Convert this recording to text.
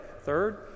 Third